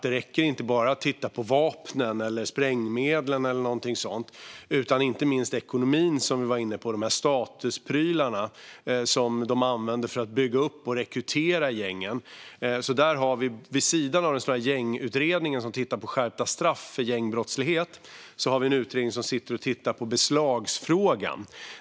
Det räcker inte att bara titta på vapnen eller sprängmedlen eller något sådant, utan i stället handlar det om inte minst ekonomin, det vill säga statusprylarna som de använder för att bygga upp och rekrytera till gängen. Vid sidan av den stora gängutredningen som tittar på skärpta straff för gängbrottslighet finns en utredning som tittar på beslagsfrågan.